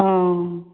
অঁ